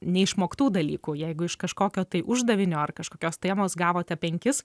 neišmoktų dalykų jeigu iš kažkokio tai uždavinio ar kažkokios temos gavote penkis